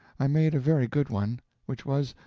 i made a very good one which was,